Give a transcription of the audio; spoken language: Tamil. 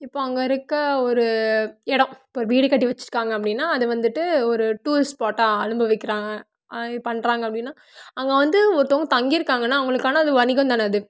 இப்போது அங்கே இருக்கற ஒரு இடம் ஒரு வீடு கட்டி வச்சிருக்காங்கள் அப்படின்னா அதுவந்துட்டு ஒரு டூரிஸ்ட் ஸ்பாட்டாக அனுபவிக்கிறாங்க பண்ணுறாங்க அப்படினா அங்கே வந்து ஒருத்தவங்கள் தங்கியிருக்காங்கனா அவங்களுக்கான அது வணிகம் தானே அது